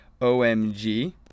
omg